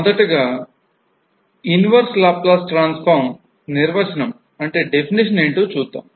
మొదట inverse Laplace transform నిర్వచనం చూద్దాం